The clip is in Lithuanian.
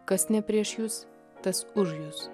kas ne prieš jus tas už jus